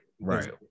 right